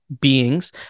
beings